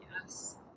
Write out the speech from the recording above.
Yes